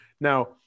Now